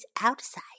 outside